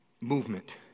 movement